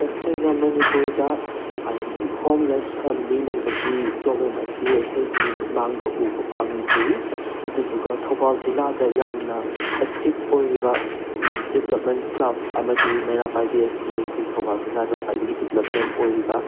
ꯇꯁꯦꯡꯅ ꯃꯅꯤꯄꯨꯔꯗ ꯍꯥꯏꯗꯤ ꯍꯣꯝꯂꯦꯁ ꯐꯦꯃꯤꯂꯤ ꯂꯩꯕꯒꯤ ꯄ꯭ꯔꯣꯕ꯭ꯂꯦꯝ ꯑꯁꯤ ꯑꯩꯈꯣꯏꯒꯤ ꯃꯤꯠꯃꯥꯡꯗ ꯎꯕ ꯐꯪꯗ꯭ꯔꯤ ꯑꯗꯨꯗꯨꯒ ꯊꯧꯕꯥꯜ ꯖꯤꯂꯥꯗ ꯌꯥꯝꯅ ꯑꯦꯛꯇꯤꯞ ꯑꯣꯏꯔꯤꯕ ꯗꯤꯕꯂꯞꯃꯦꯟ ꯀ꯭ꯂꯕ ꯑꯃꯗꯤ ꯃꯩꯔꯥ ꯄꯥꯏꯕꯤ ꯑꯁꯤ ꯑꯩꯈꯣꯏ ꯊꯧꯕꯥꯜ ꯖꯤꯂꯥꯗ ꯈ꯭ꯋꯥꯏꯗꯒꯤ ꯗꯤꯕꯂꯞꯃꯦꯟ ꯑꯣꯏꯔꯤꯕ